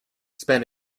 spent